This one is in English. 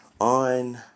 On